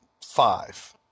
five